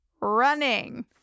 running